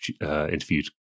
interviewed